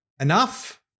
enough